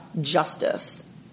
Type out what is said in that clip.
justice